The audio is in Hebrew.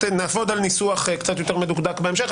נעבוד על ניסוח קצת יותר מדוקדק בהמשך,